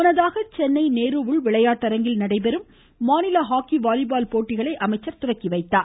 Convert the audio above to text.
முன்னதாக சென்னை நேரு உள் விளையாட்டரங்கில் நடைபெறும் மாநில ஹாக்கி வாலிபால் போட்டிகளை அமைச்சர் துவக்கிவைத்தார்